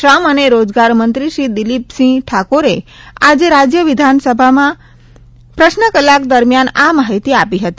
શ્રમ અને રોજગારમંત્રી શ્રી દિલીપસિંહ ઠાકોરે આજે રાજ્ય વિધાનસભામાં પ્રશ્ન કલાક દરમિયાન આ માહિતી આપી હતી